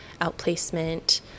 outplacement